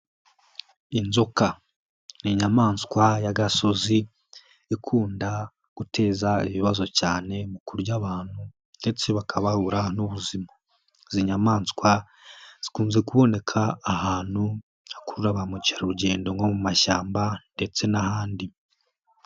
Inzoka ni inyamaswa y'agasozi ikunda guteza ibibazo cyane mu kurya abantu ndetse bakaba babura n'ubuzima, izi nyamaswa zikunze kuboneka ahantu hakuru ba mukerarugendo nko mu mashyamba ndetse n'ahandi.